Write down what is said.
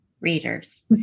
readers